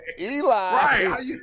Eli